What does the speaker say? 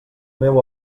meu